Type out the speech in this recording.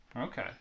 okay